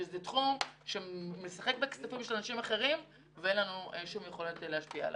שזה תחום שמשחק בכספים של אנשים אחרים ואין לנו שום יכולת להשפיע עליו.